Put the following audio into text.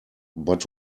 but